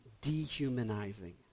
dehumanizing